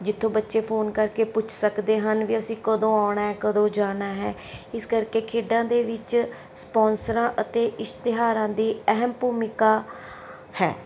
ਜਿੱਥੋਂ ਬੱਚੇ ਫੋਨ ਕਰਕੇ ਪੁੱਛ ਸਕਦੇ ਹਨ ਵੀ ਅਸੀਂ ਕਦੋਂ ਆਉਣਾ ਕਦੋਂ ਜਾਣਾ ਹੈ ਇਸ ਕਰਕੇ ਖੇਡਾਂ ਦੇ ਵਿੱਚ ਸਪੋਂਸਰਾਂ ਅਤੇ ਇਸ਼ਤਿਹਾਰਾਂ ਦੀ ਅਹਿਮ ਭੂਮਿਕਾ ਹੈ